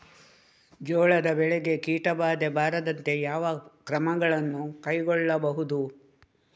ಜೋಳದ ಬೆಳೆಗೆ ಕೀಟಬಾಧೆ ಬಾರದಂತೆ ಯಾವ ಕ್ರಮಗಳನ್ನು ಕೈಗೊಳ್ಳಬಹುದು?